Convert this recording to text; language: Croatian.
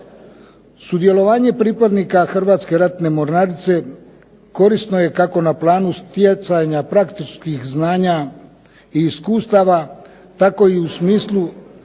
Sudjelovanje pripadnika Hrvatske ratne mornarice korisno je kako na planu stjecanja praktičkih znanja i iskustava tako i u smislu